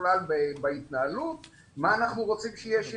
בכלל בהתנהלות מה השינוי שאנחנו רוצים.